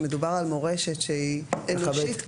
שמדובר על מורשת שהיא אנושית,